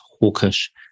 hawkish